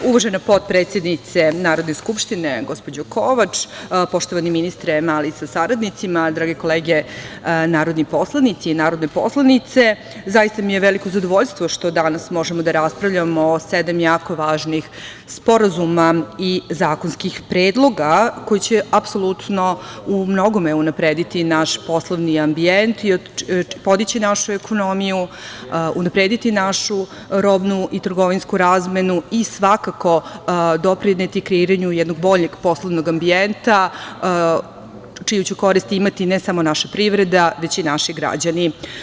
Uvažena potpredsednice Narodne skupštine gospođo Kovač, poštovani ministre Mali, sa saradnicima, drage kolege narodni poslanici i narodne poslanice, zaista mi je veliko zadovoljstvo što danas možemo da raspravljamo o sedam jako važnih sporazuma i zakonskih predloga koji će apsolutno umnogome unaprediti naš poslovni ambijent i podići našu ekonomiju, unaprediti našu robnu i trgovinsku razmenu i svakako doprineti kreiranju jednog boljeg poslovnog ambijenta čiju će korist imati ne samo naša privreda, već i naši građani.